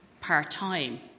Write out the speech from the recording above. part-time